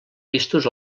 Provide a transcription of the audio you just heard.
vistos